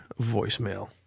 voicemail